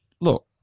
look